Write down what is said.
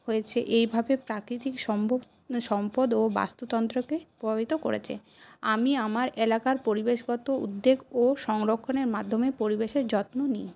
হয়েছে এইভাবে প্রাকৃতিক সম্ভব না সম্পদ ও বাস্তুতন্ত্রকে প্রভাবিত করেছে আমি আমার এলাকার পরিবেশগত উদ্যোগ ও সংরক্ষণের মাধ্যমে পরিবেশের যত্ন নিই